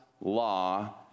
law